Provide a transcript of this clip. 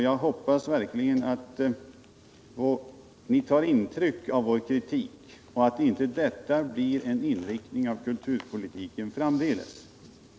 Jag hoppas verkligen att ni tar intryck av vår kritik och att kulturpolitiken inte framdeles får samma inriktning.